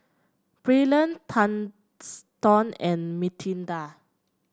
Braylen Thurston and Mathilda